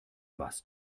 was